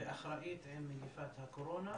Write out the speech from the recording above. ואחראית עם מגפת הקורונה,